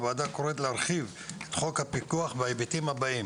הוועדה קוראת להרחיב את חוק הפיקוח בהיבטים הבאים: